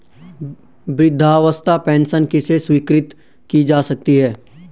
वृद्धावस्था पेंशन किसे स्वीकृत की जा सकती है?